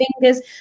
fingers